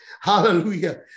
Hallelujah